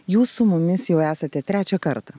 jūs su mumis jau esate trečią kartą